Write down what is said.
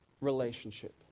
relationship